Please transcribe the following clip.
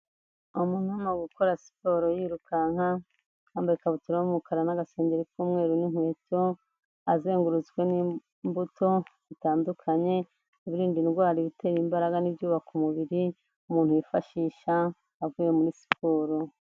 Umuntu urimo gukora siporo yirukanka yambaye ikabutura y'umukara n'agasengeri k'umweru n'inkweto azengurutswe n'imbuto zitandukanye: ibirinda indwara, ibitera imbaraga n'ibyubaka umubiri umuntu yifashisha avuye muri siporo.